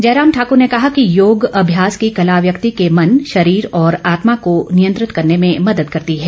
जयराम ठाकर ने कहा कि योग अभ्यास की कला व्यक्ति के मन शरीर और आत्मा को नियंत्रित करने में मदद करती है